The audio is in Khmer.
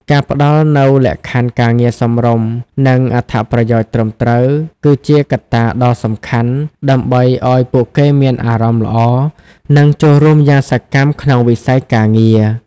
ការផ្ដល់នូវលក្ខខណ្ឌការងារសមរម្យ និងអត្ថប្រយោជន៍ត្រឹមត្រូវ គឺជាកត្តាដ៏សំខាន់ ដើម្បីឱ្យពួកគេមានអារម្មណ៍ល្អ និងចូលរួមយ៉ាងសកម្ម ក្នុងវិស័យការងារ។